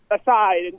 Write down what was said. aside